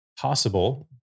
possible